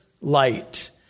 light